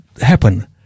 happen